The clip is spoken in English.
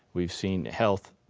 we've seen health,